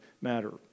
matter